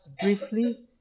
briefly